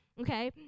Okay